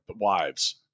wives